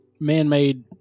man-made